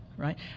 Right